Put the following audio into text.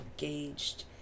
engaged